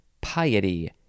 piety